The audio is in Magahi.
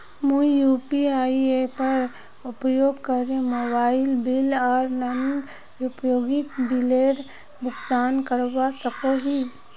मुई यू.पी.आई एपेर उपयोग करे मोबाइल बिल आर अन्य उपयोगिता बिलेर भुगतान करवा सको ही